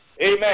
amen